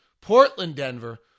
Portland-Denver